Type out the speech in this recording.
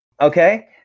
Okay